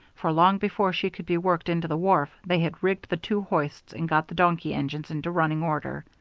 for long before she could be worked into the wharf they had rigged the two hoists and got the donkey engines into running order.